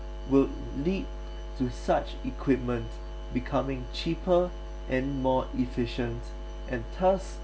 will lead to such equipment becoming cheaper and more efficient and thus